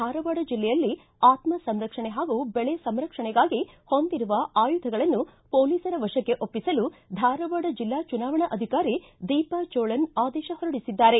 ಧಾರವಾಡ ಜಿಲ್ಲೆಯಲ್ಲಿ ಆತ್ಮ ಸಂರಕ್ಷಣೆ ಹಾಗೂ ಬೆಳೆ ಸಂರಕ್ಷಣೆಗಾಗಿ ಹೊಂದಿರುವ ಆಯುಧಗಳನ್ನು ಮೊಲೀಸ್ರ ವಶಕ್ಕೆ ಒಪ್ಪಿಸಲು ಧಾರವಾಡ ಜಿಲ್ಲಾ ಚುನಾವಣಾ ಅಧಿಕಾರಿ ದೀಪಾ ಚೋಳನ್ ಆದೇಶ ಹೊರಡಿಸಿದ್ದಾರೆ